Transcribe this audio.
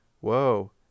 Whoa